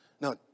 Now